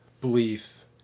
belief